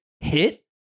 hit